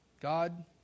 God